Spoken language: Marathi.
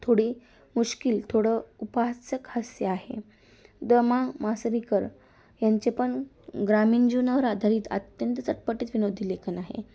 थोडी मिश्किल थोडं उपहासाक हास्य आहे द मा मिरासदार यांचे पण ग्रामीण जीवनावर आधारित अत्यंत चटपटीत विनोदी लेखन आहे